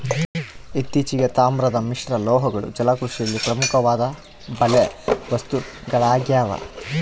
ಇತ್ತೀಚೆಗೆ, ತಾಮ್ರದ ಮಿಶ್ರಲೋಹಗಳು ಜಲಕೃಷಿಯಲ್ಲಿ ಪ್ರಮುಖವಾದ ಬಲೆ ವಸ್ತುಗಳಾಗ್ಯವ